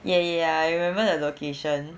ya ya I remember the location